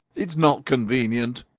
it's not convenient,